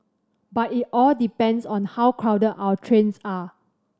but it all depends on how crowded our trains are